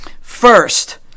first